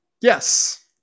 Yes